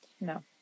no